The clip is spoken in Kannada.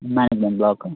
ಬ್ಲಾಕು